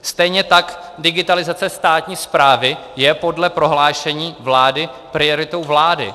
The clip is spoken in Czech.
Stejně tak digitalizace státní správy je podle prohlášení vlády prioritou vlády.